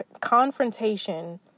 confrontation